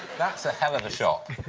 that's a hell of a shock.